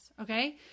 okay